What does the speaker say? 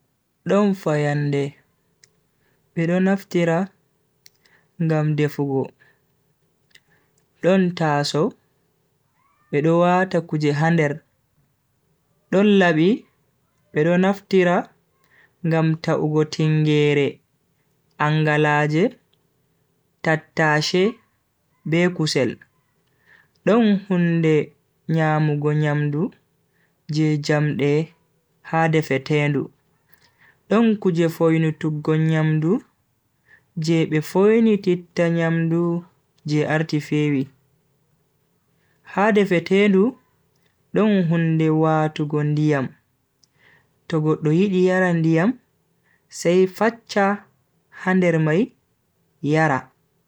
Don fayande, bedo naftira ngam defugo, don tasow, bedo wata kuje ha nder, don labi bedo naftira ngam ta'ugo tingeere, angalaaje, tattashe be kusel. Don hunde nyamugo nyamdu je jamde ha defetendu, don kuje foinutuggo nyamdu je be foinititta nyamdu je arti fewi. Ha defetendu don hunde watugo ndiyam, to goddo yidi yara ndiyam sai faccha ha nder mai yara.